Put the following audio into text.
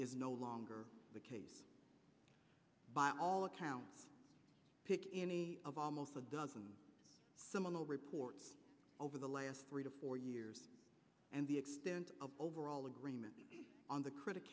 is no longer the case by all accounts pick any of almost a dozen similar reports over the last three to four years and the extent of overall agreement on the critic